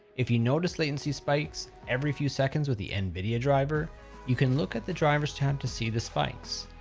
if you notice latency spikes every few seconds with the nvidia driver you can look at the drivers chart to see the spikes.